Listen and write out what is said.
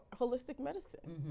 holistic medicine.